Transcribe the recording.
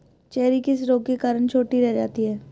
Cherry किस रोग के कारण छोटी रह जाती है?